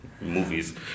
movies